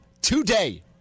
today